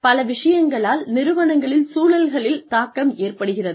பல விஷயங்களால் நிறுவனங்களில் சூழல்களில் தாக்கம் ஏற்படுகிறது